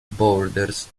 borders